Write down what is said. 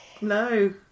no